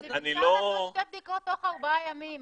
אז מדובר לעשות שתי בדיקות תוך ארבעה ימים.